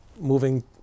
moving